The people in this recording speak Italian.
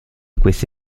questa